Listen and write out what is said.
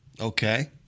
Okay